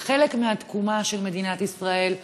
אתם חלק מהתקומה של מדינת ישראל,